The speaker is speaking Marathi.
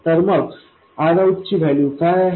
तर मग Rout ची व्हॅल्यू काय आहे